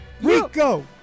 Rico